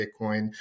bitcoin